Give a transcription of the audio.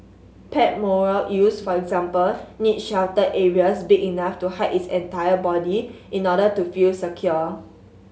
pet moray eels for example need sheltered areas big enough to hide its entire body in order to feel secure